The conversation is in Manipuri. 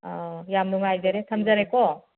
ꯑꯥ ꯌꯥꯝ ꯅꯨꯡꯉꯥꯏꯖꯔꯦ ꯊꯝꯖꯔꯦꯀꯣ